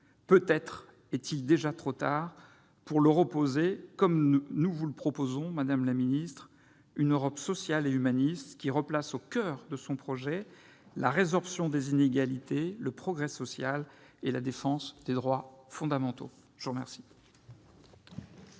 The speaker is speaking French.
Peut-être est-il déjà trop tard pour leur opposer, comme nous vous le proposons, madame la ministre, une Europe sociale et humaniste qui replace au coeur de son projet la résorption des inégalités, le progrès social et la défense des droits fondamentaux. Très bien